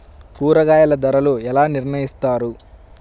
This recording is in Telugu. కూరగాయల ధరలు ఎలా నిర్ణయిస్తారు?